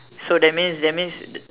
so that means that means the